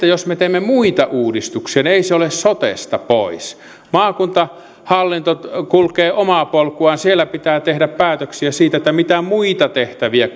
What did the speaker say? jos me teemme muita uudistuksia niin ei se ole sotesta pois maakuntahallinto kulkee omaa polkuaan siellä pitää tehdä päätöksiä siitä mitä muita tehtäviä